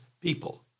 people